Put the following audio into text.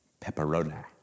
pepperoni